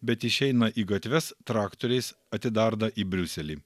bet išeina į gatves traktoriais atidarda į briuselį